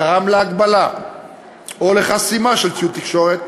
גרם להגבלה או לחסימה של כלי תקשורת,